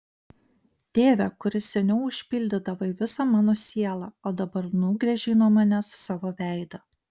tėve kuris seniau užpildydavai visą mano sielą o dabar nugręžei nuo manęs savo veidą